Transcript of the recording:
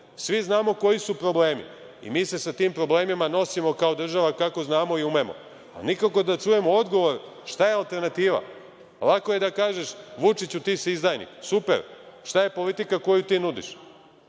znamo koji su problemi i mi se sa tim problemima nosimo kao država kako znamo i umemo, a nikako da čujemo odgovor šta je alternativa. Lako je da kažeš Vučiću ti si izdajnik, super. Šta je politika koju ti nudiš? Đilas